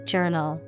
Journal